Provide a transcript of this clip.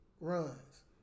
runs